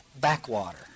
backwater